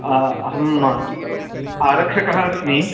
आ अहम् आरक्षकः अस्मि